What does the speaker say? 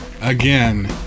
Again